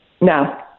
No